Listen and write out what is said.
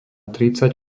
tridsať